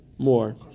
More